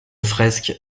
fresques